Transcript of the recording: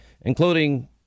including